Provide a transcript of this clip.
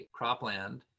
cropland